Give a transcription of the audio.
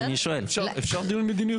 אפשר דיון מדיניות.